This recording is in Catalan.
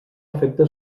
efecte